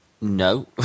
No